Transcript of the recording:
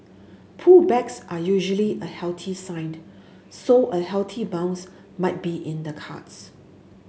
pullbacks are usually a healthy sign so a healthy bounce might be in the cards